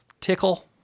tickle